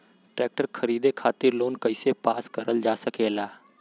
Tractor खरीदे खातीर loan कइसे पास करल जा सकेला?